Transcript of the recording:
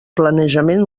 planejament